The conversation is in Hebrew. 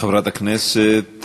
חברת הכנסת